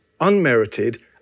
unmerited